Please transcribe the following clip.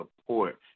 support